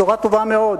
בשורה טובה מאוד,